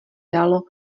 dalo